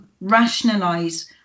rationalise